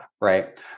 right